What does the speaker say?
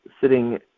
sitting